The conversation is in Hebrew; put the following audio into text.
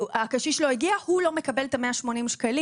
הקשיש לא הגיע, הוא לא מקבל את ה- 180 שקלים.